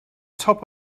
top